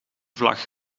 vlag